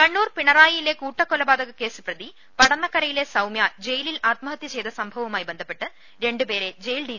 കണ്ണൂർ പിണറായിയിലെ കൂട്ടക്കൊലപാതക കേസ് പ്രതി പടന്നക്കരയിലെ സൌമൃ ജയിലിൽ ആത്മഹതൃ ചെയ്ത സംഭവവുമായി ബന്ധപ്പെട്ട് രണ്ട് പേരെ ജയിൽ ഡി